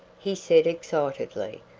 he said excitedly.